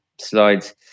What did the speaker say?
slides